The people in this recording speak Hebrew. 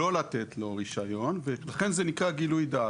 ליקוי נוסף